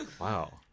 Wow